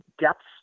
depths